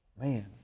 Man